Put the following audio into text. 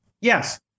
Yes